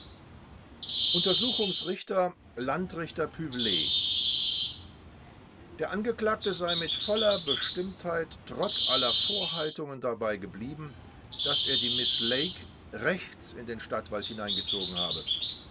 untersuchungsrichter landrichter puvell der angeklagte sei mit voller bestimmtheit trotz aller vorhaltungen dabei geblieben daß er die miß lake rechts in den stadtwald hineingezogen habe